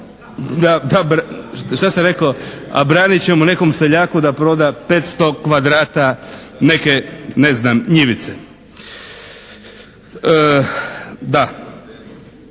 Što si rekao? A branit ćemo nekom seljaku da proda 500 kvadrata neke ne znam njivice. Da.